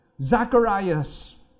Zacharias